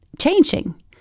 changing